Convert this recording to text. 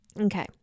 Okay